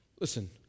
Listen